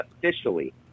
officially